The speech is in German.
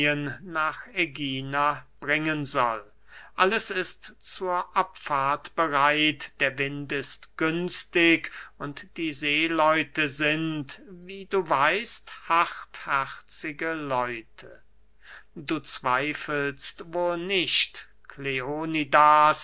nach ägina bringen soll alles ist zur abfahrt bereit der wind ist günstig und die seeleute sind wie du weißt hartherzige leute du zweifelst wohl nicht kleonidas